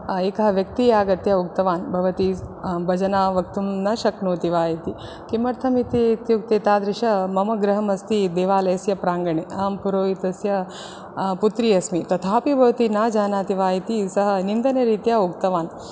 एकः व्यक्ति आगत्य उक्तवान् भवती भजनं वक्तुं न शक्नोति वा इति किमर्थम् इति इत्युक्ते तादृश मम गृहम् अस्ति देवालयस्य प्राङ्गणे अहं पुरोहितस्य पुत्री अस्मि तथापि भवती न जानाति वा इति सः निन्दनरीत्या उक्तवान्